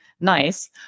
nice